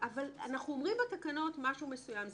אבל אנחנו אומרים בתקנות משהו מסוים,